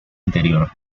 anterior